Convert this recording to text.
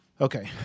Okay